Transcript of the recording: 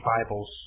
Bibles